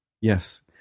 yes